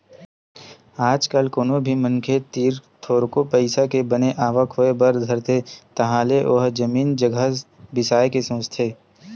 आज कल कोनो भी मनखे तीर थोरको पइसा के बने आवक होय बर धरथे तहाले ओहा जमीन जघा बिसाय के सोचथे